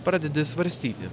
pradedi svarstyti